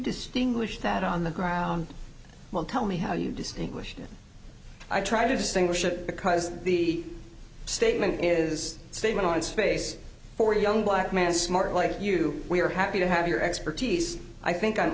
distinguish that on the ground well tell me how you distinguish i try to distinguish it because the statement is a statement on its face for young black man smart like you we are happy to have your expertise i think i'm